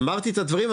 אמרתי את הדברים,